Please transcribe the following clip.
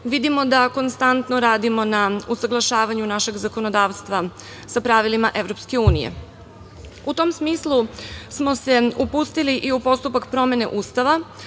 vidimo da konstantno radimo na usaglašavanju našeg zakonodavstva sa pravilima EU.U tom smislu smo se upustili i u postupak promene Ustava,